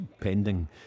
pending